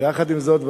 ויחד עם זאת,